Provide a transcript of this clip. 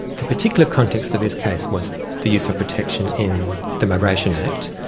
the particular context of this case was the use of protection in the migration act,